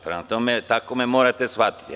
Prema tome, tako me morate shvatiti.